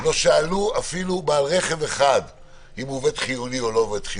לא שאלו אפילו בעל רכב אחד אם הוא עובד חיוני או לא עוד חיוני.